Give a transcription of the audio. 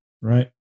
Right